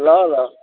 ल ल